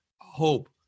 hope